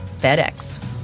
FedEx